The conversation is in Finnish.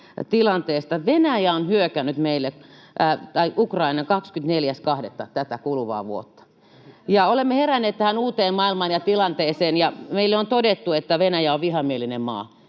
Venäjä on hyökännyt Ukrainaan 24.2. tänä kuluvana vuonna. Olemme heränneet tähän uuteen maailmaan ja tilanteeseen, ja meille on todettu, että Venäjä on vihamielinen maa.